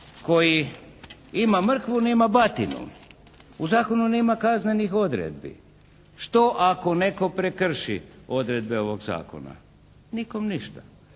koji ima mrkvu, nema batinu. U zakonu nema kaznenih odredbi. Što ako netko prekrši odredbe ovog zakona? Nikom ništa.